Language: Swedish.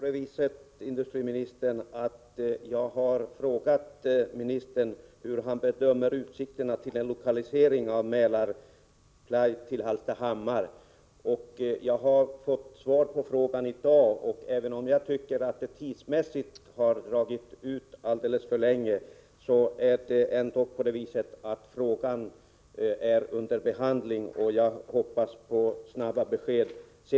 Herr talman! Jag har ju frågat ministern hur han bedömer utsikterna till en lokalisering av Mälarply till Hallstahammar. Jag har fått svar på den frågan i dag. Även om jag tycker att det tidsmässigt har dragit ut alldeles för länge, är det ändå så att frågan är under behandling. Jag hoppas på snara besked.